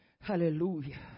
Hallelujah